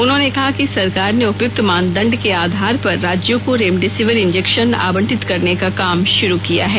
उन्होंने कहा कि सरकार ने उपयुक्त मानदंड के आधार पर राज्यों को रेमडेसिविर इंजेक्शन आवंटित करने का काम शुरू किया है